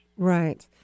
Right